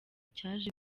cyaje